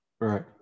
Right